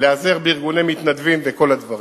להיעזר בארגוני מתנדבים וכל הדברים.